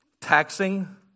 taxing